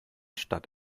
statt